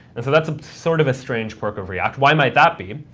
and so that's sort of a strange quirk of react. why might that be?